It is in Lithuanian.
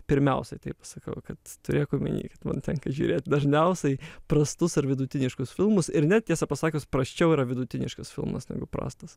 pirmiausiai taip pasakau kad turėk omeny kad man tenka žiūrėt dažniausiai prastus ar vidutiniškus filmus ir net tiesą pasakius prasčiau yra vidutiniškas filmas negu prastas